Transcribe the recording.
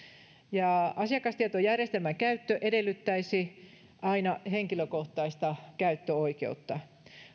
ja asiakastietojärjestelmän käyttö edellyttäisi aina henkilökohtaista käyttöoikeutta